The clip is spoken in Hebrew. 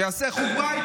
שיעשה חוג בית.